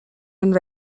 and